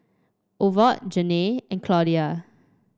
Ovid Janae and Claudia